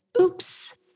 oops